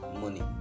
money